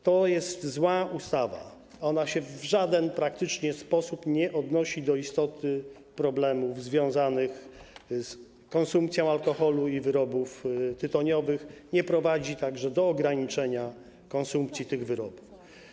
To jest zła ustawa, praktycznie w żaden sposób nie odnosi się do istoty problemów związanych z konsumpcją alkoholu i wyrobów tytoniowych, nie prowadzi także do ograniczenia konsumpcji tych wyrobów.